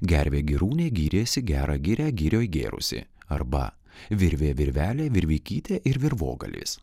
gervė gyrūnė gyrėsi gerą girą girioj gėrusi arba virvė virvelė virvikytė ir virvogalis